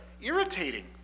irritating